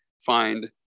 find